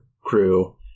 crew